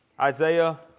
Isaiah